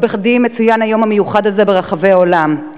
לא בכדי מצוין היום המיוחד הזה ברחבי העולם.